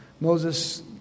Moses